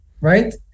right